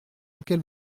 auquel